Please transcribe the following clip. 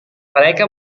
mereka